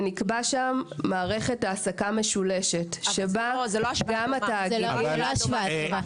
ונקבעה שם מערכת העסקה משולשת --- זו לא השוואה טובה.